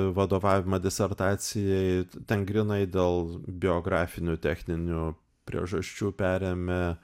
vadovavimą disertacijai ten grynai dėl biografinių techninių priežasčių perėmė